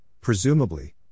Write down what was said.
presumably